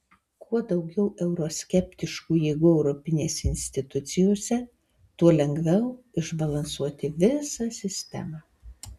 kuo daugiau euroskeptiškų jėgų europinėse institucijose tuo lengviau išbalansuoti visą sistemą